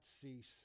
cease